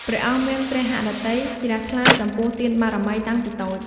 ព្រះអង្គមានព្រះហឫទ័យជ្រះថ្លាចំពោះទានបារមីតាំងពីតូច។